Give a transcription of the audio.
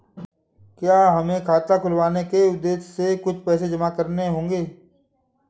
क्या हमें खाता खुलवाने के उद्देश्य से कुछ पैसे जमा करने होंगे?